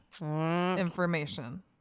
information